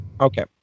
Okay